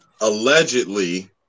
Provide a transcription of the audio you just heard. allegedly